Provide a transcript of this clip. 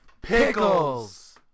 Pickles